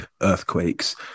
earthquakes